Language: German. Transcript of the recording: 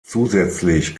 zusätzlich